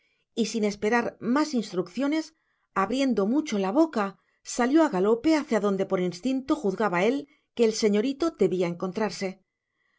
y sin esperar más instrucciones abriendo mucho la boca salió a galope hacia donde por instinto juzgaba él que el señorito debía encontrarse